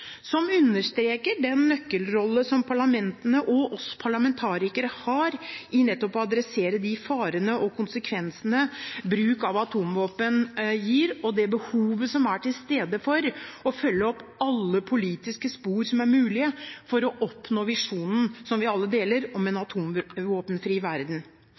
som understreker den nøkkelrollen som parlamentene og vi parlamentarikere har i nettopp å adressere de farene og konsekvensene bruk av atomvåpen gir, og det behovet som er til stede for å følge opp alle politiske spor som er mulige for å oppnå visjonen som vi alle deler om en atomvåpenfri verden.